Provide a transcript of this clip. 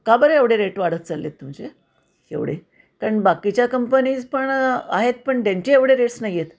का बरं एवढे रेट वाढत चालले आहेत तुमचे एवढे कारण बाकीच्या कंपनीज पण आहेत पण त्यांचे एवढे रेट्स नाही आहेत